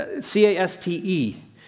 C-A-S-T-E